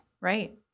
Right